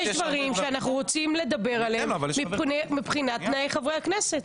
יש דברים שאנחנו רוצים לדבר עליהם מבחינת תנאי חברי הכנסת.